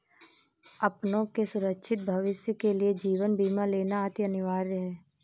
अपनों के सुरक्षित भविष्य के लिए जीवन बीमा लेना अति अनिवार्य है